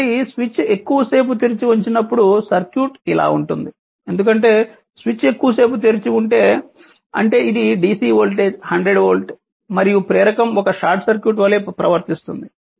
కాబట్టి స్విచ్ ఎక్కువ సేపు తెరిచినప్పుడు సర్క్యూట్ ఇలా ఉంటుంది ఎందుకంటే స్విచ్ ఎక్కువ సేపు తెరిచి ఉంటే అంటే ఇది DC వోల్టేజ్ 100 వోల్ట్ మరియు ప్రేరకం ఒక షార్ట్ సర్క్యూట్ వలె ప్రవర్తిస్తుంది